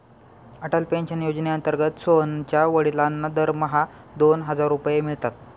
Atal pension योजनेअंतर्गत सोहनच्या वडिलांना दरमहा दोन हजार रुपये मिळतात